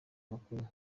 makuru